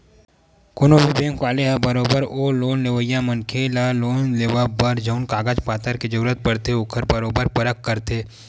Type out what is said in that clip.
कोनो भी बेंक वाले ह बरोबर ओ लोन लेवइया मनखे ल लोन लेवब बर जउन कागज पतर के जरुरत पड़थे ओखर बरोबर परख करथे